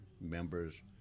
members